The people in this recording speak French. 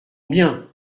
bien